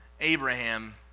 Abraham